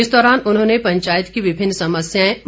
इस दौरान उन्होंने पंचायत की विभिन्न समस्याएं बताई